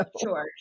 Sure